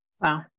Wow